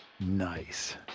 Nice